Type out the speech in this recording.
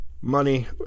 money